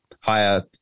higher